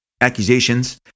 accusations